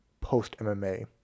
post-MMA